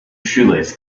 shoelace